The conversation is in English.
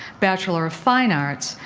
bachelor of fine arts,